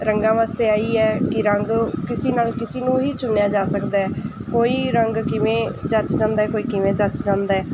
ਰੰਗਾਂ ਵਾਸਤੇ ਇਹੀ ਹੈ ਕਿ ਰੰਗ ਕਿਸੇ ਨਾਲ ਕਿਸੇ ਨੂੰ ਵੀ ਚੁਣਿਆ ਜਾ ਸਕਦਾ ਕੋਈ ਰੰਗ ਕਿਵੇਂ ਜੱਚ ਜਾਂਦਾ ਕੋਈ ਕਿਵੇਂ ਜੱਚ ਜਾਂਦਾ